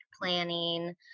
planning